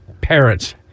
parents